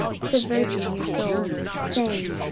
subverting your souls, saying,